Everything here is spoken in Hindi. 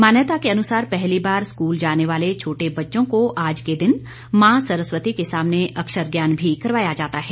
मान्यता के अनुसार पहली बार स्कूल जाने वाले छोटे बच्चों आज के दिन मां सरस्वती के सामने अक्षर ज्ञान भी करवाया जाता है